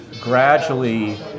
gradually